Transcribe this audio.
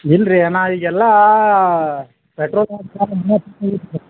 ಇಲ್ರಿ ನಾವು ಈಗ ಎಲ್ಲಾ ಪೆಟ್ರೋಲ್